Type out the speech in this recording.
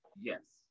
Yes